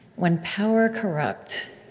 when power corrupts,